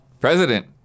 President